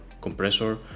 compressor